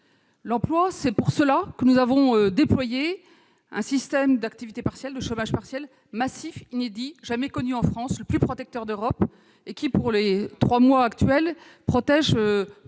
l'emploi. C'est pour cela que nous avons déployé un système d'activité partielle, de chômage partiel, massif, inédit, jamais connu en France, le plus protecteur d'Europe et qui, pour ces trois mois, a protégé